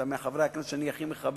אתה בין חברי הכנסת שאני הכי מכבד,